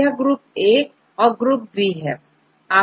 यह group A और यह ग्रुप Bहै